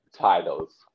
titles